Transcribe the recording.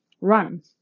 run